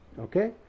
okay